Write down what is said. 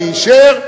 מי אישר?